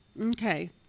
Okay